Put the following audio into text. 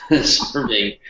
serving